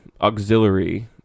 auxiliary